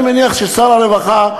אני מניח ששר הרווחה,